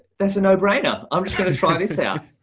that's a no brainer. i'm just gonna try this out.